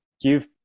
give